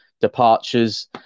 departures